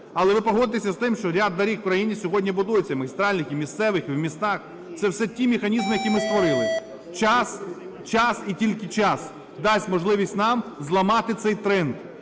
Але ви погодьтеся з тим, що ряд доріг в країні сьогодні будуються, магістральних і місцевих, і в містах. Це все ті механізми, які ми створили. Час, час і тільки час дасть можливість нам зламати цей тренд.